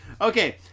Okay